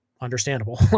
understandable